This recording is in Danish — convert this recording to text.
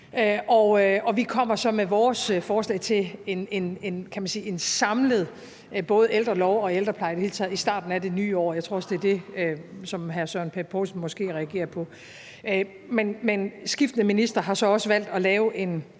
og vi kommer så med vores forslag til en samlet både ældrelov og ældrepleje i det hele taget i starten af det nye år. Og jeg tror måske også, det er det, som hr. Søren Pape Poulsen reagerer på. Men skiftende ministre har så også valgt at lave en